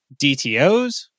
DTOs